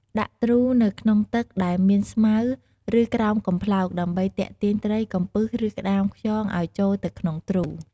ដាក់ទ្រូនៅក្នុងទឹកដែលមានស្មៅ ឬក្រោមកំប្លោក ដើម្បីទាក់ទាញត្រី កំពឹស ឬក្ដាមខ្យងឲ្យចូលទៅក្នុងទ្រូ។